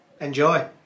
Enjoy